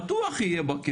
בטוח יהיה בקרן.